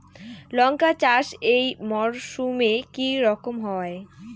লঙ্কা চাষ এই মরসুমে কি রকম হয়?